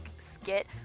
skit